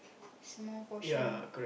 small portion